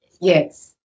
Yes